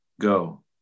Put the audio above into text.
go